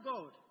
God